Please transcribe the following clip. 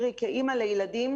כאימא לילדים